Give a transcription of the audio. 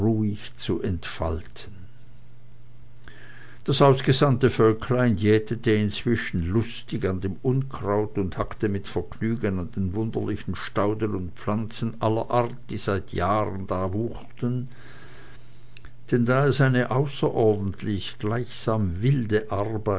zu entfalten das ausgesandte völklein jätete inzwischen lustig an dem unkraut und hackte mit vergnügen an den wunderlichen stauden und pflanzen allerart die da seit jahren wucherten denn da es eine außerordentliche gleichsam wilde arbeit